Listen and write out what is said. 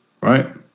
right